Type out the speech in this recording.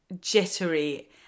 jittery